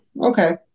okay